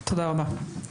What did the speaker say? תודה רבה.